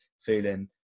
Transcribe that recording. feeling